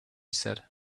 said